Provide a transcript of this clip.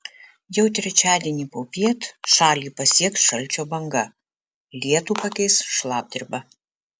jau trečiadienį popiet šalį pasieks šalčio banga lietų pakeis šlapdriba